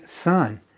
son